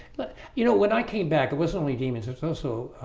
but you know, when i came back there was only demons there's also